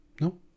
No